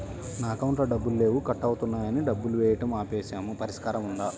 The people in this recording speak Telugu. నా అకౌంట్లో డబ్బులు లేవు కట్ అవుతున్నాయని డబ్బులు వేయటం ఆపేసాము పరిష్కారం ఉందా?